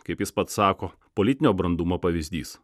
kaip jis pats sako politinio brandumo pavyzdys